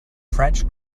french